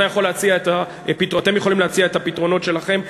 אתם יכולים להציע את הפתרונות שלכם,